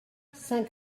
cinq